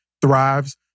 thrives